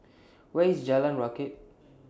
Where IS Jalan Rakit